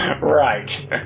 Right